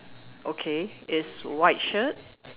okay it's white shirt